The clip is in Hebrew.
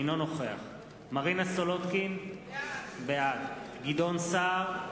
אינו נוכח מרינה סולודקין, בעד גדעון סער,